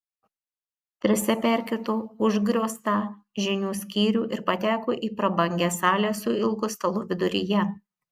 trise perkirto užgrioztą žinių skyrių ir pateko į prabangią salę su ilgu stalu viduryje